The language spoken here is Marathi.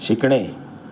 शिकणे